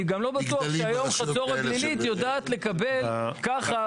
אני גם לא בטוח שהיום חצור הגלילית יודעת לקבל ככה